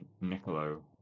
Niccolo